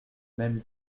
même